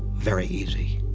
very easy.